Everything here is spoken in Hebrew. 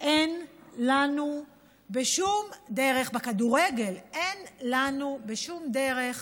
אין לנו בשום דרך, בכדורגל אין לנו בשום דרך